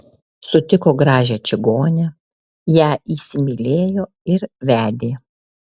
sutiko gražią čigonę ją įsimylėjo ir vedė